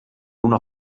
una